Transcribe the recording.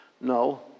No